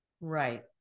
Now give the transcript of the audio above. Right